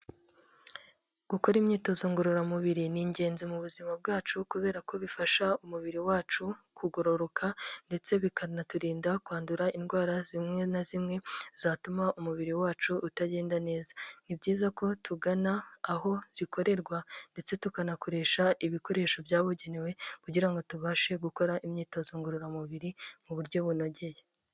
Gukora imyitozo ngororamubiri ni ingenzi mu buzima bwacu kubera ko bifasha umubiri wacu kugororoka ndetse bikanaturinda kwandura indwara zimwe na zimwe zatuma umubiri wacu utagenda neza. Ni byiza ko tugana aho zikorerwa ndetse tukanakoresha ibikoresho byabugenewe kugira ngo tubashe gukora imyitozo ngororamubiri mu buryo bunogeye.